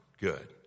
good